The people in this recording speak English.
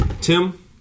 Tim